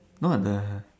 no [what] the